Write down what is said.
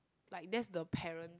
like that's the parent